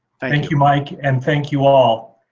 thank you, mike, and thank you all.